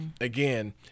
again